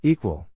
Equal